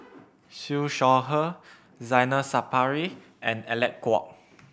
Siew Shaw Her Zainal Sapari and Alec Kuok